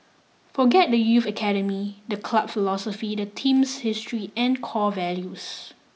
forget the youth academy the club philosophy the team's history and core values